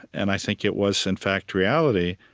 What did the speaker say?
and i think it was, in fact, reality,